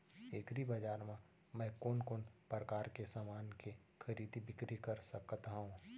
एग्रीबजार मा मैं कोन कोन परकार के समान के खरीदी बिक्री कर सकत हव?